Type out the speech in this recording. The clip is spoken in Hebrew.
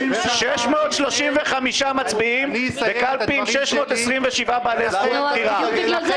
635 מצביעים בקלפי עם 627 מצביעים רשומים.